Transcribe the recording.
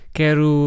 quero